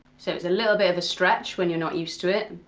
so, it's a little bit of a stretch when you're not used to it,